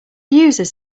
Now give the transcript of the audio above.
users